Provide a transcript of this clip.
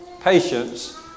patience